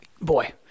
boy